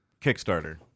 Kickstarter